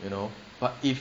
you know but if